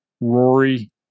Rory